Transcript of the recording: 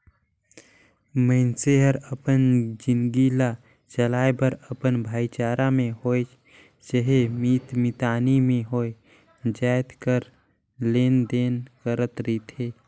मइनसे हर अपन जिनगी ल चलाए बर अपन भाईचारा में होए चहे मीत मितानी में होए जाएत कर लेन देन करत रिथे